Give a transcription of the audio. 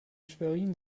schwerin